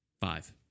five